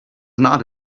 not